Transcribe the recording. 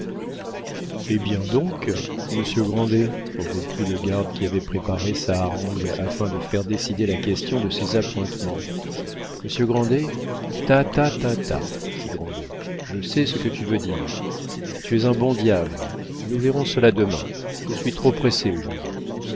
eh bien donc monsieur grandet reprit le garde qui avait préparé sa harangue afin de faire décider la question de ses appointements monsieur grandet ta ta ta ta dit grandet je sais ce que tu veux dire tu es un bon diable nous verrons cela demain je suis trop pressé aujourd'hui